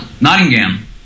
Nottingham